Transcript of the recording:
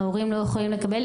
ההורים לא יכולים לקבל,